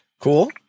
Cool